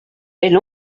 elle